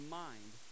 mind